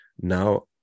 Now